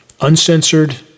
uncensored